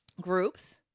groups